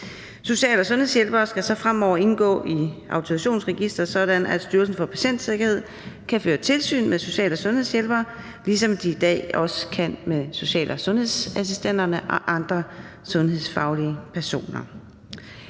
Social- og sundhedshjælpere skal så fremover indgå i autorisationsregisteret, sådan at Styrelsen for Patientsikkerhed kan føre tilsyn med social- og sundhedshjælpere, ligesom de i dag også kan med social- og sundhedsassistenterne og andre sundhedsfaglige personer.